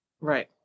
Right